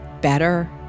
better